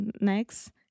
next